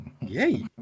Yay